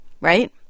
Right